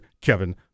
Kevin